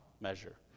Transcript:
measure